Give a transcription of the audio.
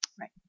Right